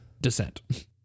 Descent